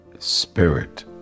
spirit